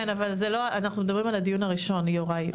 כן, אבל אנחנו מדברים על הדיון הראשון, יוראי.